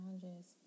challenges